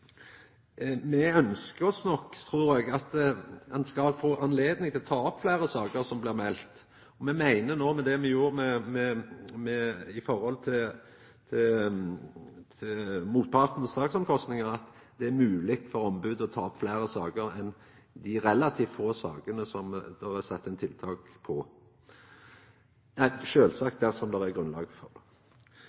at ein skal få anledning til å ta opp fleire av sakene som blir melde. Me meiner at det me gjorde når det gjeld motpartens sakskostnader, gjer det mogleg for ombodet å ta opp fleire saker enn dei relativt få sakene som det er sett inn tiltak på – sjølvsagt dersom det er grunnlag for det.